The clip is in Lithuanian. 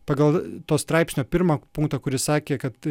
pagal to straipsnio pirmą punktą kuris sakė kad